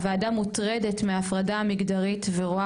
הוועדה מוטרדת מההפרדה המגדרית ורואה